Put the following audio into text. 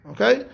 Okay